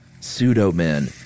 Pseudo-men